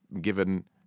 given